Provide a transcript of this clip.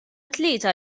tlieta